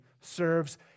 serves